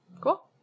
Cool